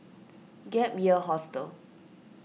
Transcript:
Gap Year Hostel